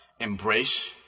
embrace